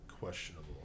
Questionable